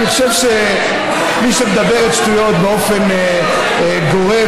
אני חושב שמי שמדברת שטויות באופן גורף,